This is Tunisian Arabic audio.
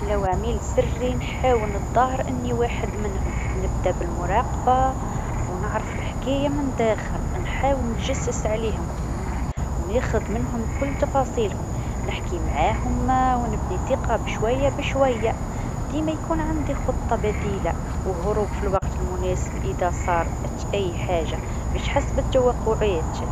لو عميل سري نحاول نتضاهر إني واحد منهم، نبدا بالمراقبه و نعرف الحكايه من داخل، نحاول نتجسس عليهم ونع- وناخذ منهم كل تفاصيلهم، نحكي معاهم ونبني الثقه بشويه بشويه، ديمه يكون عندي خطه بديله و هروب في الوقت المناسب إذا صارت أي حاجة مش حسب التوقعات.